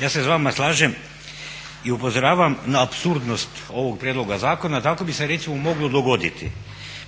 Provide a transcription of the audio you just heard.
Ja se s vama slažem i upozoravam na apsurdnost ovog prijedloga zakona. Tako bi se recimo moglo dogoditi